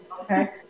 okay